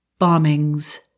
Bombings